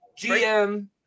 GM